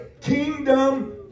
kingdom